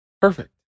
Perfect